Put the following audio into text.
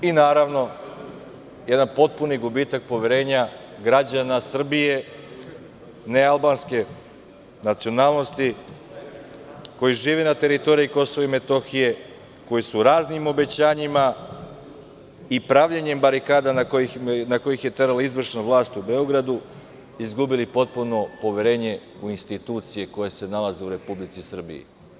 Naravno, jedan potpuni gubitak poverenja građana Srbije nealbanske nacionalnosti koji žive na teritoriji Kosova i Metohije, koji su raznim obećanjima i pravljenjem barikada na koje ih je terala izvršna vlast u Beogradu, izgubili potpuno poverenje u institucije koje se nalaze u Republici Srbiji.